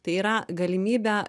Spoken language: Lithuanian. tai yra galimybę